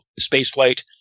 spaceflight